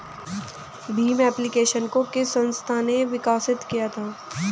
Bhim application को किस संस्था ने विकसित किया है?